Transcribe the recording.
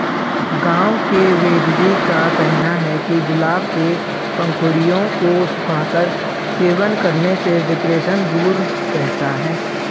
गांव के वेदजी का कहना है कि गुलाब के पंखुड़ियों को सुखाकर सेवन करने से डिप्रेशन दूर रहता है